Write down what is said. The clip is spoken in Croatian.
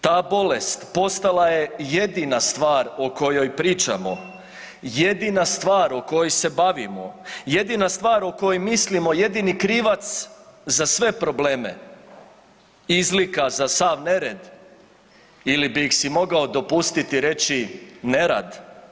Ta bolest postala je jedina stvar o kojoj pričamo, jedina stvar o kojoj se bavimo, jedina stvar o kojoj mislimo, jedini krivac za sve probleme, izlika za sav nered ili bih si mogao dopustiti i reći ne rad.